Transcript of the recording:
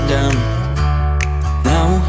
Now